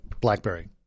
BlackBerry